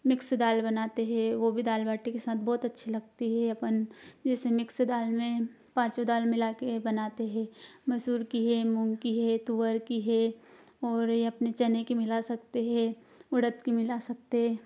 mix दाल बनाते है वह भी दाल बाटी के साथ बहुत अच्छी लगती है अपन जैसे मिक्स दाल में पाँचों दाल मिला कर बनाते है मसूर की है मूँग की है तुअर की है और यह अपने चने की मिला सकते है उड़द की मिला सकते